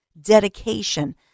dedication